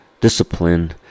discipline